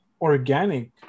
organic